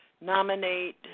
nominate